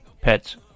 Pets